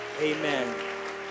Amen